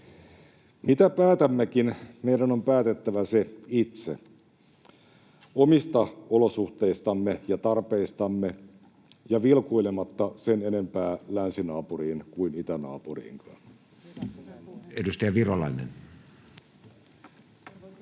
Mitä päätämmekin, meidän on päätettävä se itse: omista olosuhteistamme ja tarpeistamme ja vilkuilematta sen enempää länsinaapuriin kuin itänaapuriinkaan. [Speech